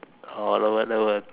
all over the world